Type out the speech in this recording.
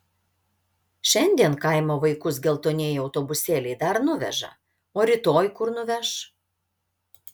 šiandien kaimo vaikus geltonieji autobusėliai dar nuveža o rytoj kur nuveš